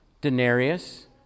denarius